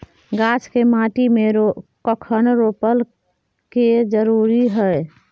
गाछ के माटी में कखन रोपय के जरुरी हय?